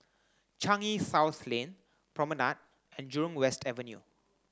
Changi South Lane Promenade and Jurong West Avenue